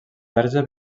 verge